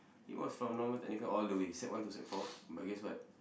he was from normal technical all the way sec one to sec four but guess what